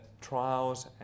trials